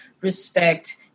respect